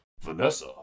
Vanessa